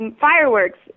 fireworks